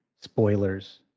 spoilers